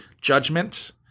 judgment